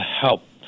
help